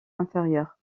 inférieure